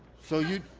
so you.